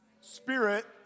Spirit